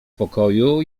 pokoju